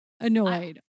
annoyed